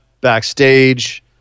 Backstage